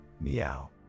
meow